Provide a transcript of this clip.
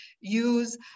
use